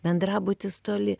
bendrabutis toli